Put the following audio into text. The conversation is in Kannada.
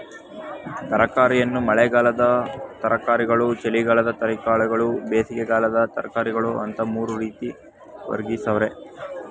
ತರಕಾರಿಯನ್ನು ಮಳೆಗಾಲದ ತರಕಾರಿಗಳು ಚಳಿಗಾಲದ ತರಕಾರಿಗಳು ಬೇಸಿಗೆಕಾಲದ ತರಕಾರಿಗಳು ಅಂತ ಮೂರು ರೀತಿ ವರ್ಗೀಕರಿಸವ್ರೆ